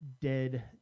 dead